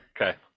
Okay